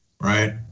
Right